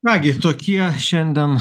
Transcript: kągi tokie šiandien